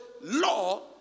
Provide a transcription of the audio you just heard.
law